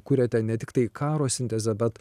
kuriate ne tiktai karo sintezę bet